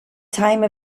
time